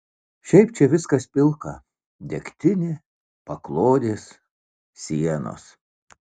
šiaip čia viskas pilka degtinė paklodės sienos